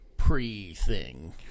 Pre-thing